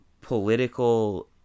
political